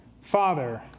Father